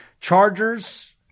Chargers